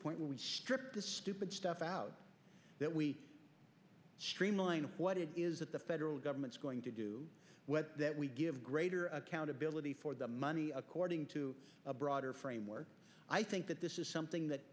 point where we strip the stupid stuff out that we streamline what it is that the federal government's going to do when we give greater accountability for the money according to a broader framework i think that this is something that